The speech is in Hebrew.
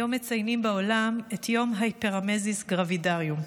היום מציינים בעולם את יום ההיפרמזיס גרבידרום,